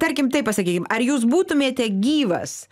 tarkim taip pasakykim ar jūs būtumėte gyvas